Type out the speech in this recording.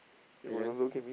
okay then